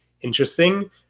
interesting